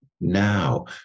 now